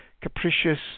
capricious